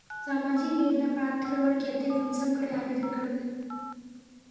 सामाजिक योजना प्राप्त करवार केते कुंसम करे आवेदन करूम?